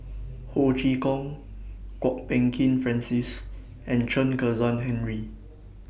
Ho Chee Kong Kwok Peng Kin Francis and Chen Kezhan Henri